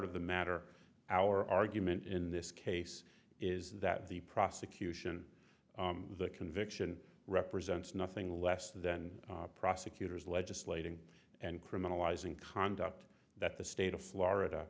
of the matter our argument in this case is that the prosecution the conviction represents nothing less than prosecutors legislating and criminalizing conduct that the state of florida